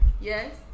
Yes